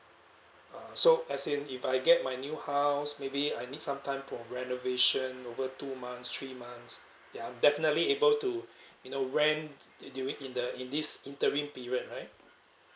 uh so let's say if I get my new house maybe I need sometime for renovation over two months three months ya definitely able to you know rent during in the in this interim period right